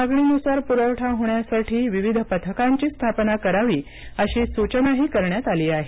मागणीनुसार पुरवठा होण्यासाठी विविध पथकांची स्थापना करावी अशी सूचनाही करण्यात आली आहे